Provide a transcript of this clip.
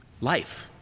Life